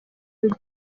you